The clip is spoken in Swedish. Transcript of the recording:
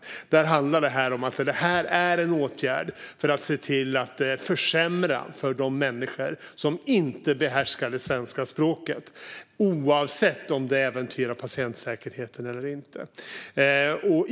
För dem handlar det här om en åtgärd för att försämra för de människor som inte behärskar svenska språket, oavsett om det äventyrar patientsäkerheten eller inte.